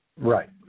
Right